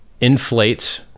inflates